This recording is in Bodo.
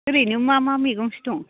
ओरैनो मा मा मैगंथो दं